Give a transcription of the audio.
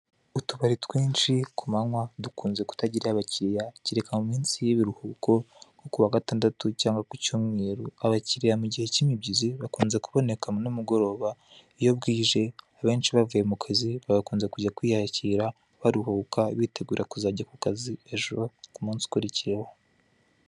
Utubari twinshi kumanywa dukunze kutagira abakiriya, kereka mu minsi y'ibiruhuko kuwa gatandatu cyangwa kucyumweru. Abakiriya mu gihe cy'imibyizi bakunze kuboneka nimugoroba iyo bwije benshi bavuye mu akazi bagakunze kujya kwiyakira baruhuka bitegura kujya mu kazi ejo ku munsi ukurikiyeho.